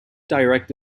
direct